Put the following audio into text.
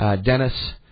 Dennis